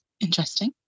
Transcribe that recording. interesting